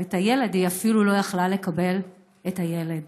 אבל הילד, היא אפילו לא יכלה לקבל את הילד.